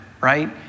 right